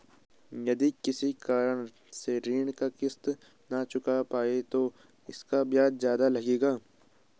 यदि किसी कारण से ऋण की किश्त न चुका पाये तो इसका ब्याज ज़्यादा लगेगा?